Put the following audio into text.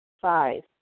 Five